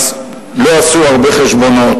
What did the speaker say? אז לא עשו הרבה חשבונות.